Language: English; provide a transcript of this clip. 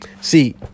See